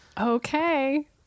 Okay